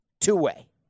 Two-way